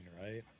right